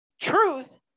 truth